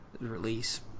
release